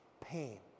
pain